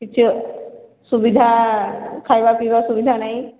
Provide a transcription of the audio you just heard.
କିଛି ସୁବିଧା ଖାଇବା ପିଇବା ସୁବିଧା ନାହିଁ